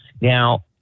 Now